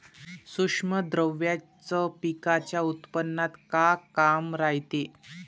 सूक्ष्म द्रव्याचं पिकाच्या उत्पन्नात का काम रायते?